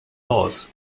laws